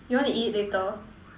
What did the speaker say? you want to eat later